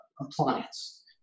appliance